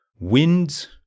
winds